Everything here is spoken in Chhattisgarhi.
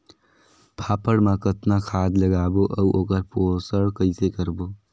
फाफण मा कतना खाद लगाबो अउ ओकर पोषण कइसे करबो?